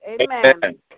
Amen